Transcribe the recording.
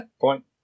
point